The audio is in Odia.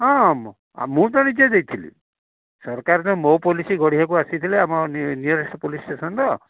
ହଁ ମୁଁ ତ ନିଜେ ଦେଇଥିଲି ସରକାର ତ ମୋ ପୋଲିସି ଗଢ଼ିବାକୁ ଆସିଥିଲେ ଆମ ନିୟରେଷ୍ଟ ପୋଲିସ୍ ଷ୍ଟେସନ୍ର